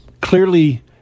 Clearly